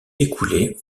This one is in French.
écoulé